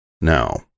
Now